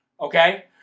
Okay